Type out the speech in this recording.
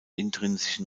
intrinsischen